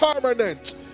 permanent